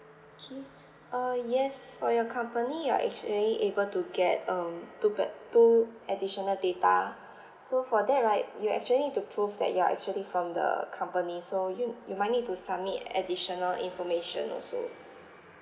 okay ah yes for your company you're actually able to get um two b~ two additional data so for that right you actually need to prove that you're actually from the company so you you might need to submit additional information also